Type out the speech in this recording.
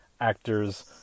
actors